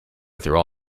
through